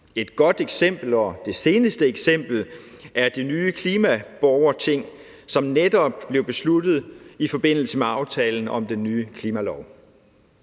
Et godt eksempel – og det seneste eksempel – er det nye klimaborgerting, som netop blev besluttet i forbindelse med aftalen om den nye klimalov.